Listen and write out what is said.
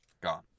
gone